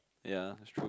ya it's true